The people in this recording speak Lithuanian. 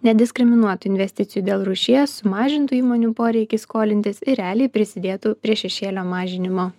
nediskriminuotų investicijų dėl rūšies sumažintų įmonių poreikį skolintis ir realiai prisidėtų prie šešėlio mažinimo